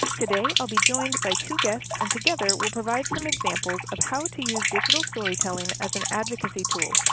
today i'll be joined by two guests, and together we'll provide some examples of how to use digital storytelling as an advocacy tool.